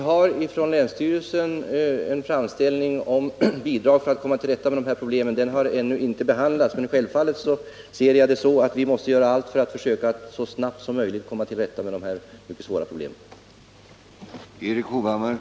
Herr talman! Vi har fått en framställning om bidrag från länsstyrelsen. Den har ännu inte behandlats, men självfallet ser jag det så att vi måste göra allt för att försöka komma till rätta med dessa mycket svåra problem så snart som möjligt.